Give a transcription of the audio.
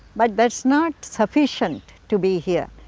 but that's not sufficient to be here.